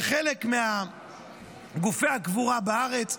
וחלק מגופי הקבורה בארץ,